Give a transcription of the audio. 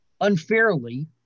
unfairly